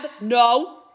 No